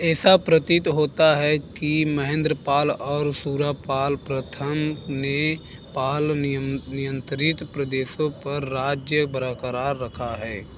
ऐसा प्रतीत होता है कि महेन्द्रपाल और शूरापाल प्रथम ने पाल नियन नियंत्रित प्रदेशों पर राज्य बरकरार रखा है